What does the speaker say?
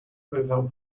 that